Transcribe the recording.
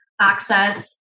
access